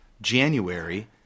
January